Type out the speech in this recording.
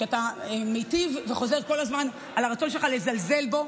שאתה מיטיב וחוזר כל הזמן על הרצון שלך לזלזל בו.